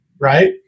right